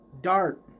Dart